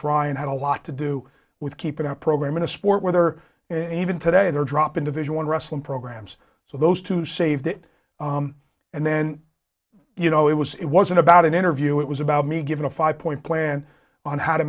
coach ryan had a lot to do with keeping our program in a sport whether it even today they're dropping division one wrestling programs so those two saved it and then you know it was it wasn't about an interview it was about me giving a five point plan on how to